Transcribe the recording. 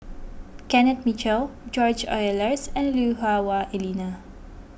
Kenneth Mitchell George Oehlers and Lui Hah Wah Elena